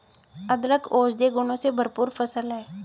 अदरक औषधीय गुणों से भरपूर फसल है